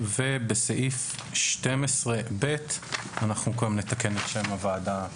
בסעיף 12ב אנחנו נתקן את שם הוועדה.